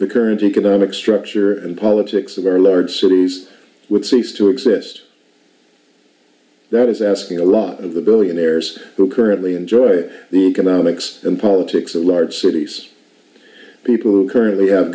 the current economic structure and politics of our large cities would cease to exist that is asking a lot of the billionaires who currently enjoy the economics and politics of large cities people who currently have